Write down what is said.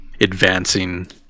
advancing